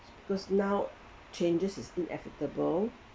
because now changes is inevitable